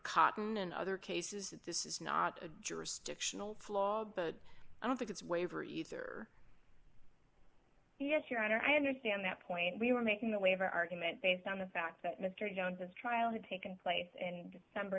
cotton and other cases that this is not a jurisdictional flaw but i don't think it's waiver either yes your honor i understand that point we were making the waiver argument based on the fact that mr you know the trial had taken place and number